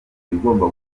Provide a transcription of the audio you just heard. ibigomba